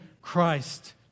Christ